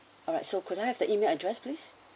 alright so could I have the email address please